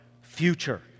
future